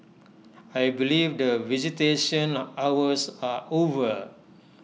I believe that visitation hours are over